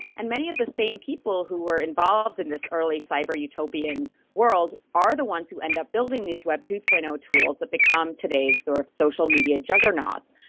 and many of the same people who were involved in this early cyber utopian world are the ones who end up building these web two. zero um tools that become today's sort of social media juggernauts.